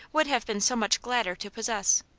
would have been so much gladder to possess.